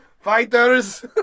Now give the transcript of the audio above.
Fighters